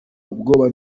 ubwoba